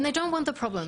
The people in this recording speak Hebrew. הם לא רוצים את הבעיה,